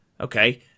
okay